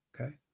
okay